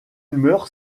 meurt